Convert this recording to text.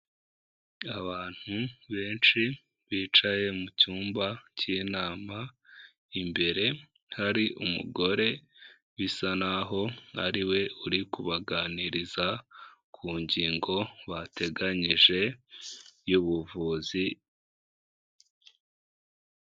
Abantu benshi bicaye mu cyumba cy'inama, imbere hari umugore bisa naho ari we uri kubaganiriza ku ngingo bateganyije y'ubuvuzi.